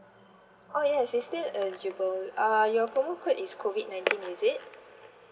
oh yes it's still eligible uh your promo code is COVID nineteen is it